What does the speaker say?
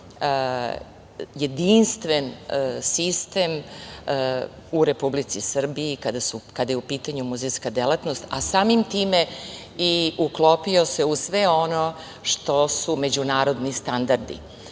jedinstven sistem u Republici Srbiji kada je u pitanju muzejska delatnost, a samim tim i uklopio se u sve ono što su međunarodni standardi. To